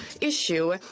issue